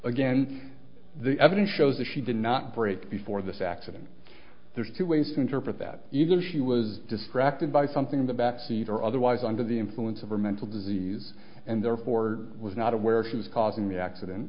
again the evidence shows that she did not break before this accident there's two ways to enter but that either she was distracted by something in the back seat or otherwise under the influence of her mental disease and therefore was not aware she was causing the accident